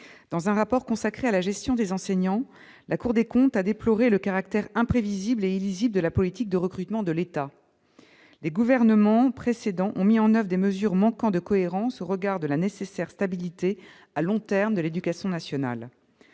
dans un rapport consacré à la gestion des enseignants, la Cour des comptes, a déploré le caractère imprévisible et lisible de la politique de recrutement de l'État, les gouvernements précédents ont mis en 9 des mesures manquant de cohérence au regard de la nécessaire stabilité à long terme de l'Éducation nationale,